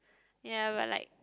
ya but like